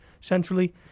centrally